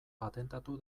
patentatu